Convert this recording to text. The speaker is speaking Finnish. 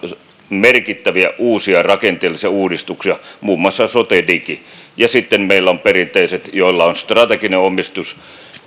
merkittäviä uusia rakenteellisia uudistuksia muun muassa sotedigiä ja sitten meillä on perinteiset yhtiöt joilla on strateginen omistus